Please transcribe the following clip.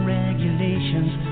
regulations